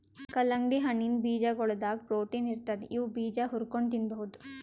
ಕಲ್ಲಂಗಡಿ ಹಣ್ಣಿನ್ ಬೀಜಾಗೋಳದಾಗ ಪ್ರೊಟೀನ್ ಇರ್ತದ್ ಇವ್ ಬೀಜಾ ಹುರ್ಕೊಂಡ್ ತಿನ್ಬಹುದ್